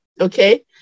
Okay